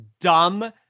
dumb